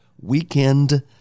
weekend